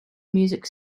music